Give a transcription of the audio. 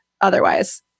otherwise